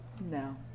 No